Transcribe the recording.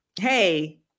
hey